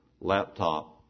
laptop